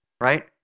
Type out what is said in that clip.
right